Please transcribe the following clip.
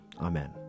Amen